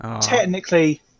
Technically